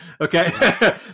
Okay